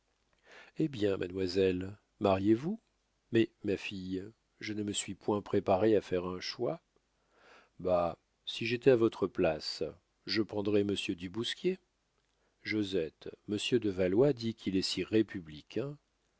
eh bien mademoiselle mariez-vous mais ma fille je ne me suis point préparée à faire un choix bah si j'étais à votre place je prendrais monsieur du bousquier josette monsieur de valois dit qu'il est si républicain